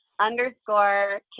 Underscore